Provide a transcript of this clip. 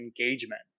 engagement